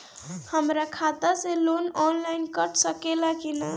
हमरा खाता से लोन ऑनलाइन कट सकले कि न?